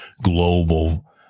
global